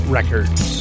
Records